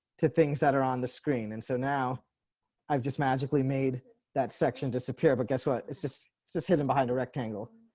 to things that are on the screen. and so now i've just magically made that section disappear, but guess what, it's just, it's just hidden behind a rectangle